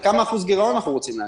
לכמה אחוזי גירעון אנחנו רוצים להגיע?